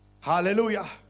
Hallelujah